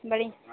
बढ़